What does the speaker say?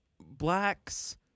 blacks